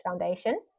Foundation